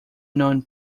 known